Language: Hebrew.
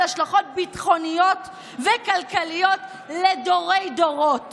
השלכות ביטחוניות וכלכליות לדורי-דורות